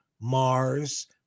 Mars